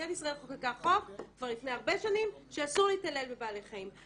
מדינת ישראל חוקקה חוק כבר לפני הרבה שנים שאסור להתעלל בבעלי חיים.